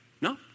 No